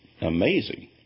amazing